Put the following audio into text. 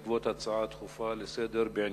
בעקבות הצעה דחופה לסדר-היום,